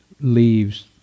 leaves